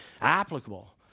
applicable